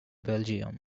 belgium